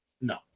No